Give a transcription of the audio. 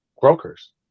brokers